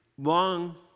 Long